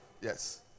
yes